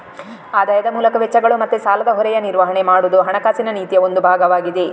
ಆದಾಯದ ಮೂಲಕ ವೆಚ್ಚಗಳು ಮತ್ತೆ ಸಾಲದ ಹೊರೆಯ ನಿರ್ವಹಣೆ ಮಾಡುದು ಹಣಕಾಸಿನ ನೀತಿಯ ಒಂದು ಭಾಗವಾಗಿದೆ